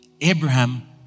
Abraham